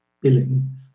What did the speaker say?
billing